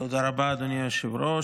תודה רבה, אדוני היושב-ראש.